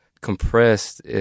compressed